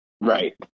Right